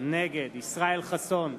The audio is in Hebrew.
נגד יואל חסון,